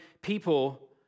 people